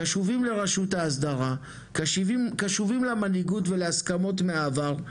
קשובים לרשות ההסדרה ולמנהיגות ולהסכמות מהעבר,